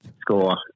score